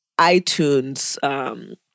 iTunes